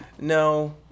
No